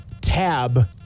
tab